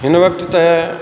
हिन वक़्त त